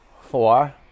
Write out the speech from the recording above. four